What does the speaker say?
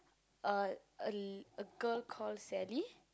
a a a girl called Sally